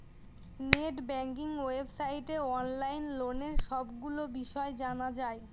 net banking ওয়েবসাইটে online লোনের সবগুলো বিষয় জানা যায়